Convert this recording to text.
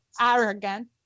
arrogant